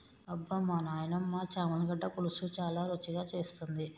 అబ్బమా నాయినమ్మ చామగడ్డల పులుసు చాలా రుచిగా చేస్తుంది